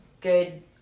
good